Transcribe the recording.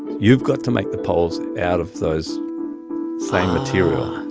you've got to make the poles out of those same material.